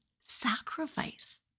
sacrifice